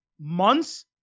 months